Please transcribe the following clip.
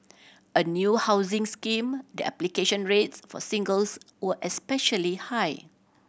a new housing scheme the application rates for singles were especially high